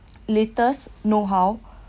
latest know how